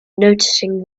noticing